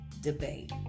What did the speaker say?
debate